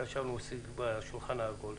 כאשר ישבנו בשולחן העגול.